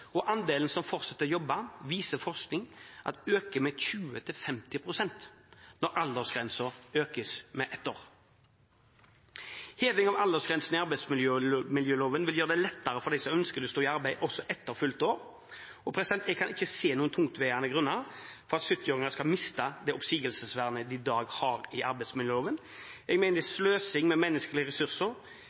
år. Andelen som fortsetter å jobbe, viser forskning, øker med 20–50 pst. når aldersgrensen øker med ett år. Heving av aldersgrensen i arbeidsmiljøloven vil gjøre det lettere for dem som ønsker å stå i arbeid også etter fylte 70 år. Jeg kan ikke se noen tungtveiende grunner for at 70-åringer skal miste det oppsigelsesvernet de i dag har i arbeidsmiljøloven. Jeg mener det er sløsing med menneskelige ressurser